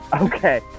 Okay